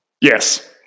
yes